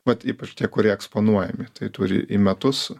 vat ypač tie kurie eksponuojami tai turi į metus